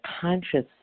consciousness